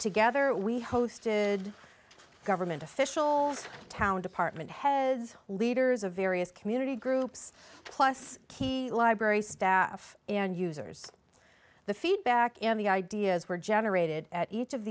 together we hosted government official town department heads leaders of various community groups plus key library staff and users the feedback and the ideas were generated at each of